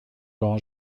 grand